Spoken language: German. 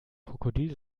krokodil